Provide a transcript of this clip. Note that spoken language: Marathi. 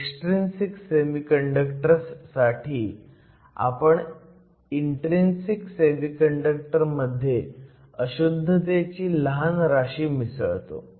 एक्सट्रीन्सिक सेमी कंडक्टर्स साठी आपण इन्ट्रीन्सिक सेमीकंडक्टर्स मध्ये अशुद्धतेची लहान राशी मिसळतो